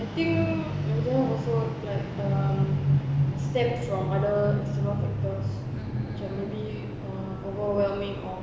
I think mental health also like uh stems from other external factors macam maybe overwhelming of